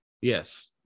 Yes